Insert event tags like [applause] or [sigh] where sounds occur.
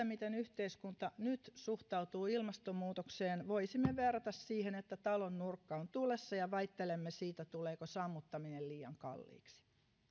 [unintelligible] miten yhteiskunta nyt suhtautuu ilmastonmuutokseen voisimme verrata siihen että talon nurkka on tulessa ja väittelemme siitä tuleeko sammuttaminen liian kalliiksi